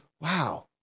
wow